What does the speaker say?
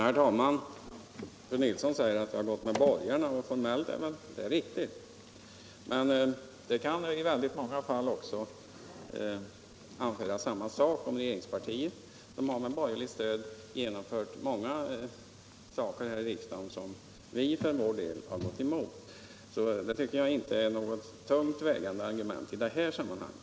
Herr talman! Fru Nilsson i Sunne säger att jag gått samman med borgarna, och formellt är det väl riktigt. Men det kan i många fall också anföras samma argument beträffande regeringspartiet. Det har med borgerligt stöd genomfört många förslag här i riksdagen, som vi för vår del har gått emot. Det tycker jag alltså inte är något tungt vägande argument i det här sammanhanget.